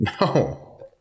No